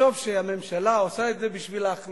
לחשוב שהממשלה עושה את זה בשביל ההכנסות